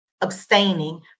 abstaining